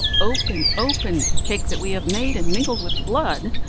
open, open, cake that we have made and mingled with blood!